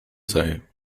sei